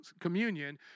communion